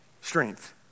strength